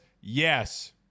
yes